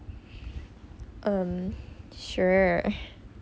err mm sure